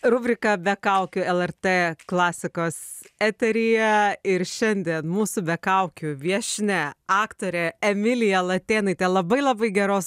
rubrika be kaukių lrt klasikos eteryje ir šiandien mūsų be kaukių viešnia aktorė emilija latėnaitė labai labai geros